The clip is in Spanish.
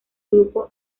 grupo